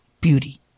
beauty